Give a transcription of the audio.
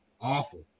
awful